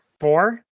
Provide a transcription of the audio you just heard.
Four